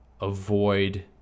Avoid